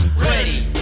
Ready